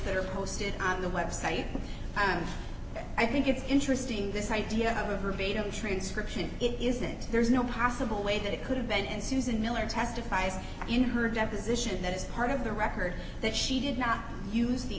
that are posted on the website and i think it's interesting this idea of a verbatim transcription it is that there's no possible way that it could have been and susan miller testifies in her deposition that as part of the record that she did not use the